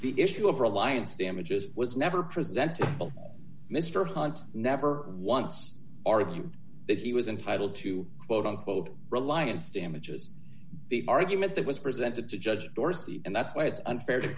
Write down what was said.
the issue of reliance damages was never presentable mr hunt never once argued that he was entitled to quote unquote reliance damages the argument that was presented to judge dorsey and that's why it's unfair to